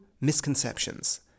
misconceptions